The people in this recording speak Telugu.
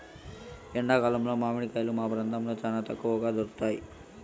ఎండా కాలంలో మామిడి కాయలు మా ప్రాంతంలో చానా తక్కువగా దొరుకుతయ్